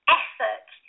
effort